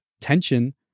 tension